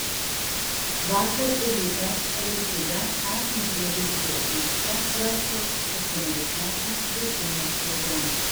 vakar rytą alytuje esančiame vidzgirio miške rastas aštuoniolikmečio vaikino lavonas